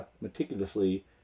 meticulously